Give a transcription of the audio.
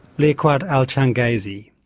liaquat ali changezi.